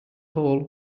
hole